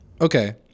Okay